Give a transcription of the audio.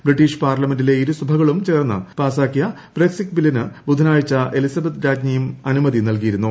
British പാർല്ല്മെൻറിലെ ഇരുസഭകളും ചേർന്ന് പാസാക്കിയ ബ്രെക്സിറ്റ് ബില്ലിന് ബുധനാഴ്ച എലിസബത്ത് രാജ്ഞിയും അനുമതി നൽകിയിരുന്നു